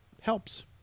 helps